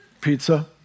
pizza